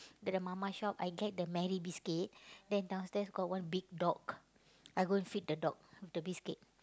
to the mama shop I get the Marie biscuit then downstairs got one big dog I go and feed the dog with the biscuit